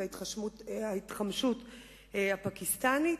ההתחמשות הפקיסטנית.